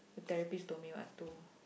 the therapist told me what to